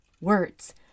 words